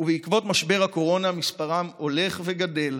ובעקבות משבר הקורונה מספרם הולך וגדל,